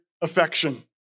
affection